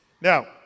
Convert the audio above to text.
Now